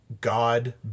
God